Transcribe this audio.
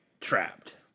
trapped